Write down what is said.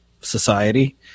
society